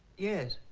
yes